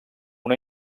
una